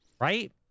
Right